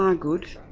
um good.